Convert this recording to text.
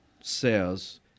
says